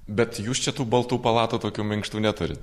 bet jūs čia tų baltų palatų tokių minkštų neturit